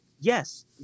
yes